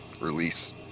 release